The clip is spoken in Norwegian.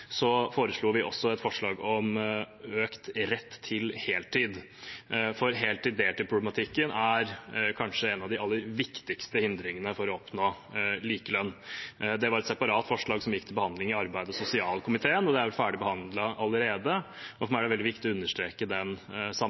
vi også et forslag om økt rett til heltid, for heltid/deltid-problematikken er kanskje en av de aller viktigste hindringene for å oppnå likelønn. Det var et separat forslag som gikk til behandling i arbeids- og sosialkomiteen, og det er ferdigbehandlet allerede, men for meg er det veldig viktig å understreke den